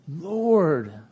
Lord